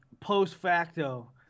post-facto